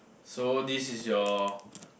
so this is your